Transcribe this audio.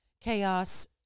chaos